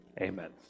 Amen